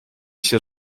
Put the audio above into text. się